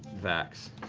vax.